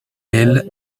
elles